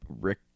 Rick